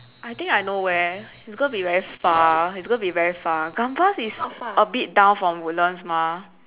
I think I know where it's going to be very far it's going to be very far Gambas is a bit down from woodlands mah